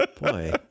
Boy